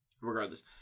Regardless